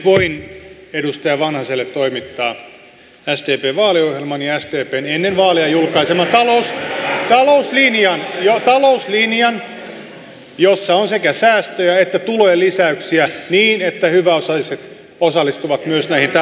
voin edustaja vanhaselle toimittaa sdpn vaaliohjelman ja sdpn ennen vaaleja julkaiseman talouslinjan talouslinjan jossa on sekä säästöjä että tulojen lisäyksiä niin että myös hyväosaiset osallistuvat näihin talkoisiin